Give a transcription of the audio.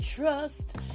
Trust